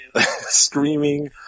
screaming